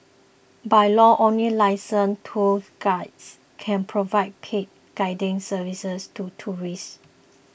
by law only licensed tourist guides can provide paid guiding services to tourists